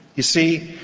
you see,